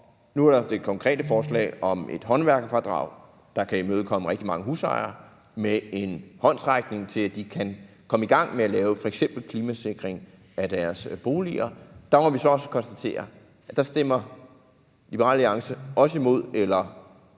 nu er der det konkrete forslag om et håndværkerfradrag, der kan imødekomme rigtig mange husejere med en håndsrækning, så de kan komme i gang med at lave f.eks. klimasikring af deres boliger. Der må vi så også konstatere at Liberal Alliance stemmer imod. Eller